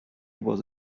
was